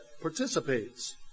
participates